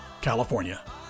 California